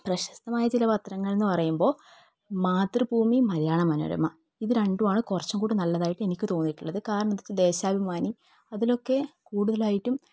പ്രശസ്തമായ ചില പത്രങ്ങളെന്ന് പറയുമ്പോൾ മാതൃഭൂമി മലയാള മനോരമ ഇത് രണ്ടുമാണ് കുറച്ചുകൂടി നല്ലതായിട്ട് എനിക്ക് തോന്നിയിട്ടുള്ളത് കാരണം എന്തെന്ന് വച്ചാൽ ദേശാഭിമാനി അതിലൊക്കെ കൂടുതലായിട്ടും